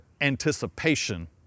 anticipation